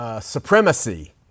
Supremacy